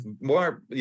more